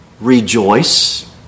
Rejoice